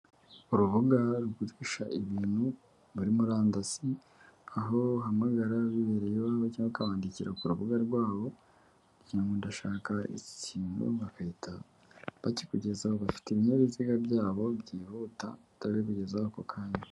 Urubuga rugurisha ibintu muri murandasi, aho uhamagara wibereye iwawe cyangwa ukabandikira ku rubuga rwabo, ugira ngo ndashaka iki kintu bagahita bakikugezaho, bafite ibinyabiziga byabo byihuta bihita bikugezaho ako kanya.